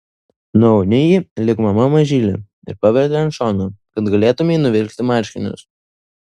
nuauni jį lyg mama mažylį ir paverti ant šono kad galėtumei nuvilkti marškinius